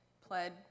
pled